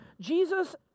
Jesus